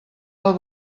del